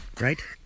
right